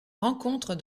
rencontre